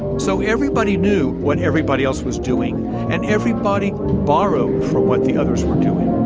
so everybody knew what everybody else was doing and everybody borrow for what the others were doing